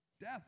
death